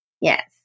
Yes